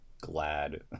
glad